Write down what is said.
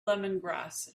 lemongrass